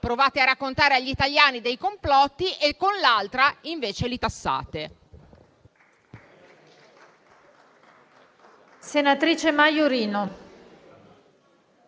provate a raccontare agli italiani dei complotti e con l'altra invece li tassate.